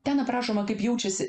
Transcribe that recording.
ten aprašoma kaip jaučiasi